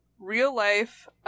real-life